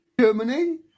Germany